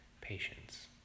Patience